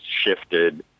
shifted